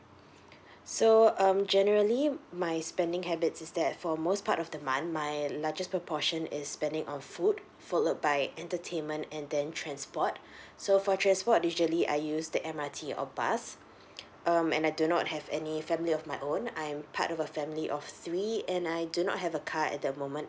so um generally my spending habits is that for most part of the month my largest proportion is spending on food followed by entertainment and then transport so for transport usually I use the M_R_T or bus um and I do not have any family of my own I'm part of a family of three and I do not have a car at the moment